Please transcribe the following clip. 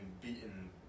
beaten